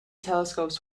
telescopes